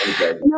no